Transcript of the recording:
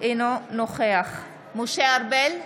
אינו נוכח משה ארבל,